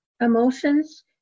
emotions